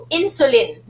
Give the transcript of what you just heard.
insulin